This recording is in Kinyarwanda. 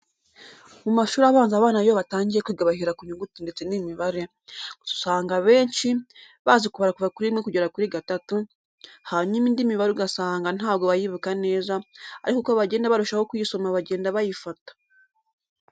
Mu mashuri abanza abana iyo batangiye kwiga bahera ku nyuguti ndetse n'imibare, gusa abenshi usanga bazi kubara kuva kuri rimwe kugera kuri gatatu, hanyuma indi mibare ugasanga ntabwo bayibuka neza, ariko uko bagenda barushaho kuyisoma bagenda bayifata.